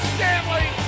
Stanley